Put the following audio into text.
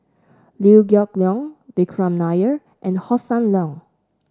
Liew Geok Leong Vikram Nair and Hossan Leong